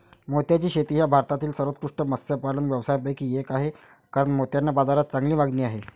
मोत्याची शेती हा भारतातील सर्वोत्कृष्ट मत्स्यपालन व्यवसायांपैकी एक आहे कारण मोत्यांना बाजारात चांगली मागणी आहे